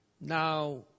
Now